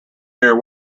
their